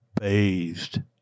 bathed